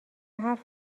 حرف